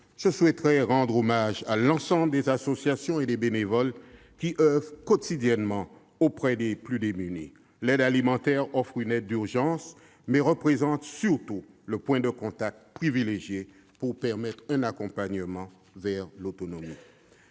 je souhaiterais rendre hommage à l'ensemble des associations et des bénévoles qui oeuvrent quotidiennement auprès des plus démunis. L'aide alimentaire offre une aide d'urgence, mais représente surtout le point de contact privilégié pour permettre un accompagnement vers l'autonomie.